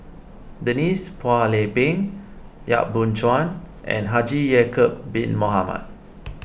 Denise Phua Lay Peng Yap Boon Chuan and Haji Ya'Acob Bin Mohamed